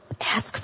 ask